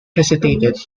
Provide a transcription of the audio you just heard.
hesitated